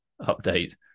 update